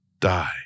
die